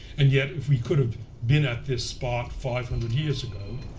and yet if we could have been at this spot five hundred years ago,